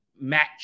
match